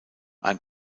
ein